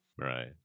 right